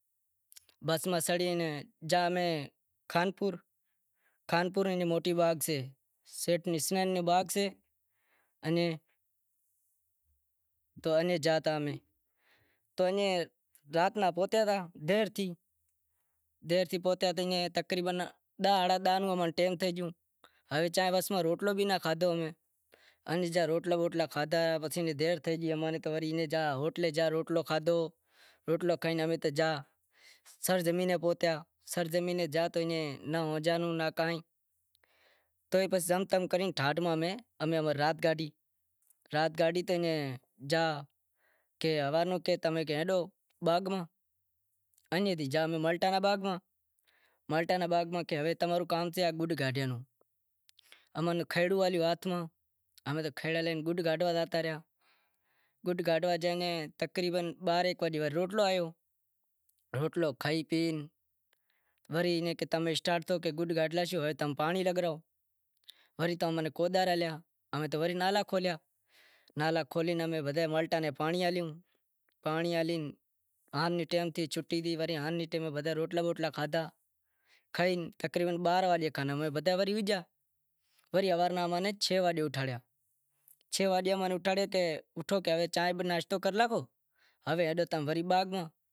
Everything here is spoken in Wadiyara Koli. بس ماں سڑے گیا امیں خانپور، خانپورمیں موٹی باغ سے سیٹھ حسیں نی باغ سے، انی تو انیں زاتا امیں، تو امیں رات نا پوہتیا ہتا تقریبن داہ ہاڑہا داہ نو ٹیم تھئے گیو ہوے روٹلو بھی ناں کھادہو امیں، پسے دیر تھئے گئی امیں، ہوٹلے گیا روٹلو کھادہو امیں، روٹلو کھئی امیں تو زا سر زمینے پوہتیا پسے زم تم کرے امیں ٹھاڈ میں رات کاٹی رات کاٹی تو کہے ہوارے ہلو باغ ماہ ایئاں تھے گیا امیں مالٹا نی باغ میں تو کہے ہوے تمارو کام سے گڈ کاڈہاں رو، ایئں تقریبن بارہے بجے روٹلو آویو، روٹلو کھئی پی ورے ایئں کام اسٹارٹ تھیو ،گڈ کاڈھے لاشی ہوے پانڑی لگائو، تو وڑے کوڈاڑ ہالیا، وری نالا کھولیا، نالا کھولے وڑی پانڑی ہالیو، رات نیں تیم میں شوٹی کرے بدہا روٹلا بوٹلا کھادہا کھئی تقریبن بارہے وگے بدہا ئی ہوئی گیا وڑے ہوارے امیں تقریبن چھ وگے اٹھاڑیا، چھ وگے امیں اٹھاڑیا کہ اٹھو ہوے چانہیں ناشتو کرے ناکھو ہوے